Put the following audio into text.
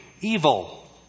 evil